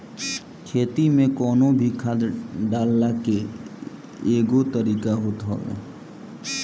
खेत में कवनो भी खाद डालला के एगो तरीका होत हवे